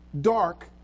dark